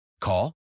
Call